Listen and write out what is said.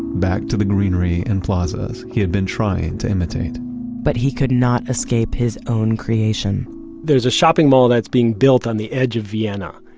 back to the greenery and plazas he had been trying to imitate but he could not escape his own creation there's a shopping mall that's being built on the edge of vienna,